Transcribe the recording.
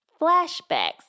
Flashbacks